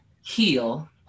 heal